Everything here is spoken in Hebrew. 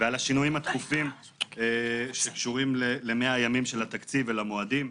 והשינויים הדחופים שקשורים ל-100 הימים של התקציב ולמועדים.